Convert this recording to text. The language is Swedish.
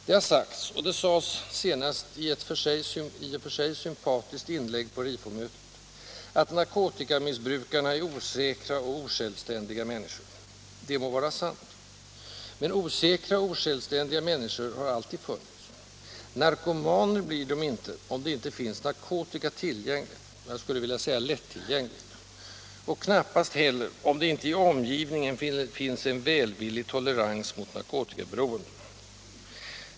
Det har sagts — och det sades senast i ett i och för sig sympatiskt inlägg på RIFO-mötet — att narkotikamissbrukarna är osäkra och osjälvständiga människor. Det må vara sant. Men osäkra och osjälvständiga människor har alltid funnits. Narkomaner blir de inte om det inte finns narkotika tillgängligt — ja, jag skulle vilja säga: lättillgängligt — och knappast heller om det inte i omgivningen finns en välvillig tolerans mot narkotikaberoende.